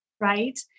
right